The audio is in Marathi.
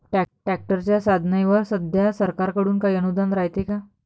ट्रॅक्टरच्या साधनाईवर सध्या सरकार कडून काही अनुदान रायते का?